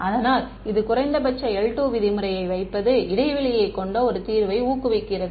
அதனால் இது குறைந்தபட்ச l2 விதிமுறையை வைப்பது இடைவெளியைக் கொண்ட ஒரு தீர்வை ஊக்குவிக்கிறது